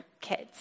kids